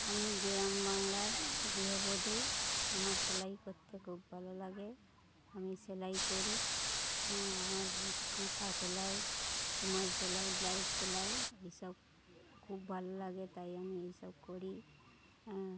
আমি গ্রাম বাংলার গৃহবধূ আমার সেলাই করতে খুব ভালো লাগে আমি সেলাই করি আমার কাঁথা সেলাই রুমাল সেলাই ব্লাউজ সেলাই এসব খুব ভালো লাগে তাই আমি এসব করি